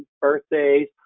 birthdays